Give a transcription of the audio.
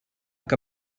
que